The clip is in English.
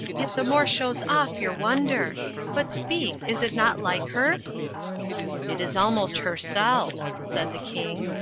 it the more shows off your wonder but speak, is it not like her it is almost herself, said the king,